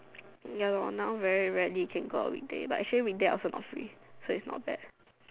ya lor now very rarely can go out weekday but actually weekday I also not free so it's not bad